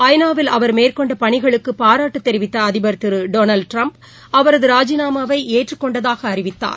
ஐ நா வில் அவர் மேற்கொண்ட பணிகளுக்கு பாராட்டு தெரிவித்த அதிபர் திரு டொனால்டு ட்ரம்ப் அவரது ராஜிநாமாவை ஏற்றுக் கொண்டதாக அறிவித்தார்